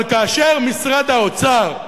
אבל כאשר משרד האוצר,